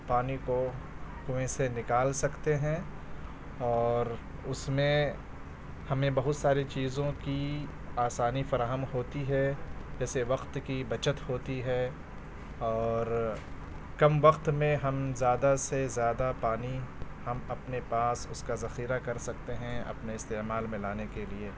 پانی کو کنوئیں سے نکال سکتے ہیں اور اس میں ہمیں بہت ساری چیزوں کی آسانی فراہم ہوتی جیسے وقت کی بچت ہوتی ہے اور کم وقت میں ہم زیادہ سے زیادہ پانی ہم اپنے پاس اس کا ذخیرہ کر سکتے ہیں اپنے استعمال میں لانے کے لیے